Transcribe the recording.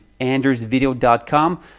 AndersVideo.com